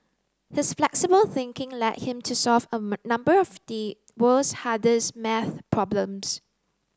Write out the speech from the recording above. his flexible thinking led him to solve a number of the world's hardest maths problems